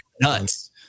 nuts